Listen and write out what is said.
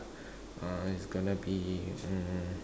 ah is gonna be mm